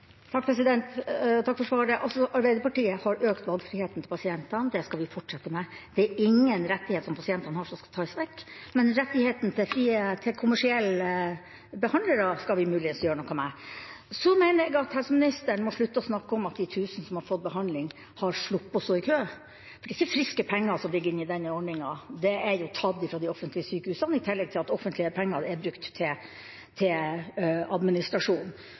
Takk for svaret. Arbeiderpartiet har økt pasientenes valgfrihet, og det skal vi fortsette med. Det er ingen rettighet som pasientene har, som skal tas vekk, men kommersielle behandleres rettigheter skal vi muligens gjøre noe med. Jeg mener at helseministeren må slutte å snakke om at de 1 000 som har fått behandling, har sluppet å stå i kø, for det er ikke friske penger som ligger inne i denne ordningen. De er jo tatt fra de offentlige sykehusene, i tillegg til at offentlige penger er brukt til administrasjon.